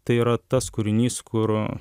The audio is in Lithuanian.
tai yra tas kūrinys kur